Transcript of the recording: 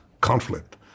conflict